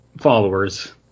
followers